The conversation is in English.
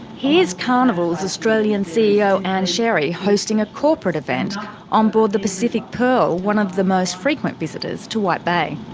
here's carnival's australian ceo ann sherry hosting a corporate event on board the pacific pearl, one of the most frequent visitors to white bay.